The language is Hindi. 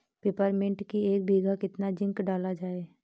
पिपरमिंट की एक बीघा कितना जिंक डाला जाए?